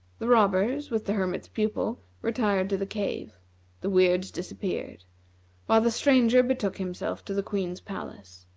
the robbers, with the hermit's pupil, retired to the cave the weirds disappeared while the stranger betook himself to the queen's palace,